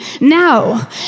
now